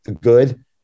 good